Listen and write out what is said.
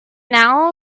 now